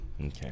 Okay